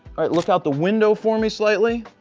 right. look out the window for me slightly.